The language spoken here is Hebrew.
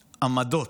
עמדות,